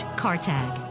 cartag